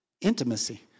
intimacy